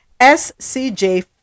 SCJ